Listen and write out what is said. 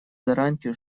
гарантию